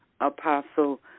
Apostle